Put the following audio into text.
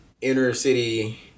inner-city